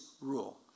rule